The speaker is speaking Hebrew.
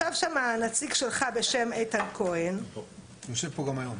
ישב שמה נציג שלך בשם איתן כהן --- הוא יושב פה גם היום.